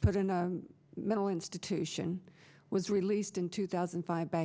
put in a mental institution was released in two thousand and five back